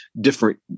different